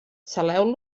saleu